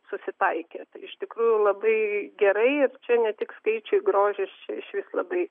susitaikė iš tikrųjų labai gerai ir čia ne tik skaičiai grožis čia išvis labai